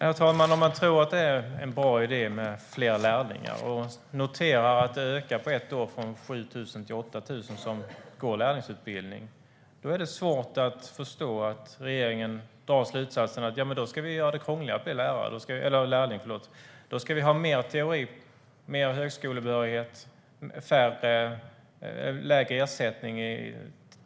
Herr talman! Om regeringen tror att det är en bra idé med fler lärlingar och noterar att de som går lärlingsutbildning på ett år ökar från 7 000 till 8 000 är det svårt att förstå att man drar slutsatsen att man då ska göra det krångligare att bli lärling, ha mer teori, ha högskolebehörighet och sänka ersättningen.